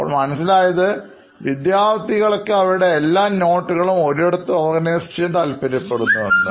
അപ്പോൾ മനസ്സിലായത് വിദ്യാർഥികൾക്ക് അവരുടെ എല്ലാ കുറിപ്പുകളും ഒരിടത്ത് ഓർഗനൈസ് ചെയ്യാൻ താല്പര്യപ്പെടുന്നു എന്ന്